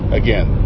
again